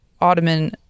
Ottoman